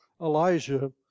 Elijah